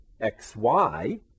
xy